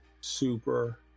super